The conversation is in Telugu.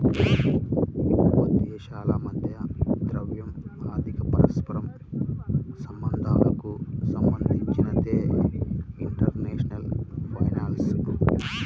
ఎక్కువదేశాల మధ్య ద్రవ్య, ఆర్థిక పరస్పర సంబంధాలకు సంబంధించినదే ఇంటర్నేషనల్ ఫైనాన్స్